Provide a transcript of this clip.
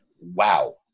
Wow